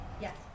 Yes